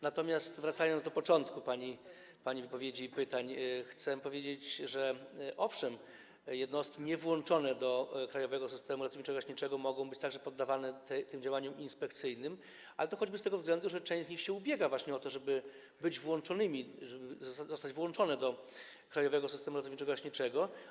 Natomiast wracając do początku pani wypowiedzi i pytań, chcę powiedzieć, że owszem, jednostki niewłączone do krajowego systemu ratowniczo-gaśniczego mogą być także poddawane tym działaniom inspekcyjnym, ale to choćby z tego względu, że część z nich ubiega się właśnie o to, żeby zostały włączone do krajowego systemu ratowniczo-gaśniczego.